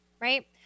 right